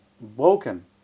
broken